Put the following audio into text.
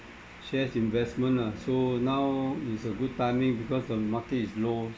shares investment ah so now is a good timing because the market is low